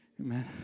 Amen